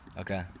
okay